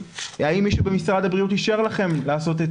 האם מישהו במשרד הבריאות אישר לכם לעשות את